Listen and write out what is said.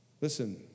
Listen